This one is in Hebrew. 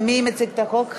מי מציג את החוק?